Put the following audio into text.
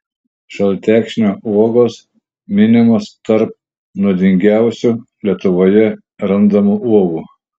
šaltekšnio uogos minimos tarp nuodingiausių lietuvoje randamų uogų